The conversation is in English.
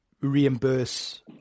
reimburse